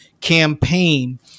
campaign